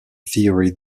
theory